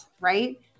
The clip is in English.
right